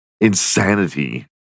insanity